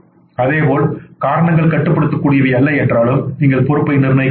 அதேபோல் காரணங்கள் கட்டுப்படுத்தக் கூடியவை அல்ல என்றாலும் நீங்கள் பொறுப்பை நிர்ணயிக்க முடியும்